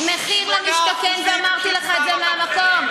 מחיר למשתכן, ואמרתי לך את זה מהמקום.